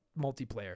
multiplayer